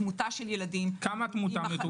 תמותה של ילדים- -- כמה תמותה?